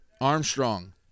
Armstrong